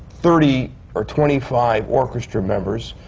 thirty or twenty-five orchestra members,